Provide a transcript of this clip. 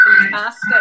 fantastic